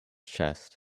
chest